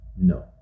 no